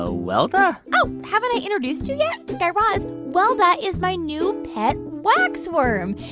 ah welda? oh, haven't i introduced you yet? guy raz, welda is my new pet wax worm.